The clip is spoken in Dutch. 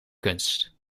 kunst